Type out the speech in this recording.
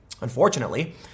Unfortunately